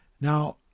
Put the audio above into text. now